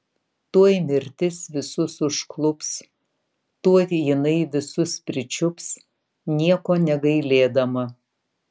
tuoj mirtis visus užklups tuoj jinai visus pričiups nieko negailėdama